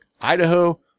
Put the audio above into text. Idaho